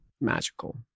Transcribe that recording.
magical